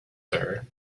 sir